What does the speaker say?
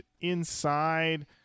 inside